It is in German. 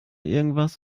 irgendetwas